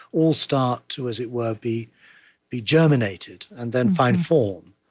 all start to, as it were, be be germinated and then find form.